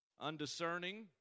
undiscerning